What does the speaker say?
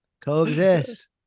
Coexist